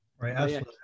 Right